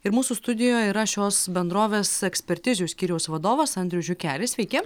ir mūsų studijoj yra šios bendrovės ekspertizių skyriaus vadovas andrius žiukelis sveiki